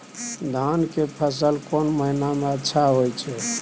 धान के फसल कोन महिना में अच्छा होय छै?